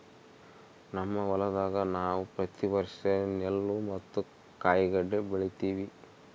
ನಮ್ಮ ಹೊಲದಾಗ ನಾವು ಪ್ರತಿ ವರ್ಷ ನೆಲ್ಲು ಮತ್ತೆ ಕಾಯಿಗಡ್ಡೆ ಬೆಳಿತಿವಿ